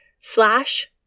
slash